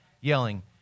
yelling